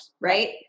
right